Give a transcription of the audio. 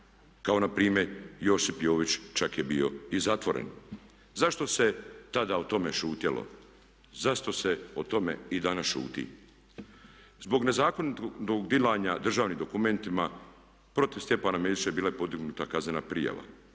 kao npr. Josip Jović čak je bio i zatvoren. Zašto se tada o tome šutjelo? Zašto se o tome i danas šuti? Zbog nezakonitog dilanja državnim dokumentima protiv Stjepana Mesića je bila podignuta kaznena prijava.